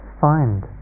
find